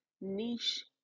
niche